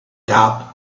top